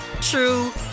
true